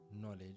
knowledge